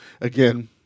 again